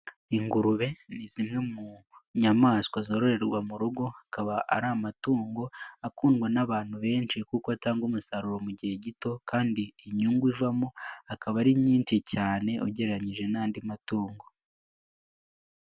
Ingurube ni zimwe mu nyamaswa zororerwa mu rugo, akaba ari amatungo akundwa n'abantu benshi kuko atanga umusaruro mu gihe gito kandi inyungu ivamo akaba ari nyinshi cyane ugereranyije n'andi matungo.